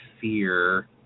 fear